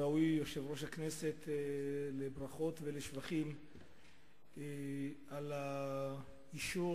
ראוי יושב-ראש הכנסת לברכות ולשבחים על האישור